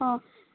অঁ